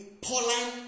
Pauline